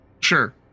sure